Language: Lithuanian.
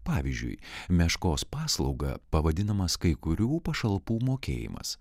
pavyzdžiui meškos paslauga pavadinamas kai kurių pašalpų mokėjimas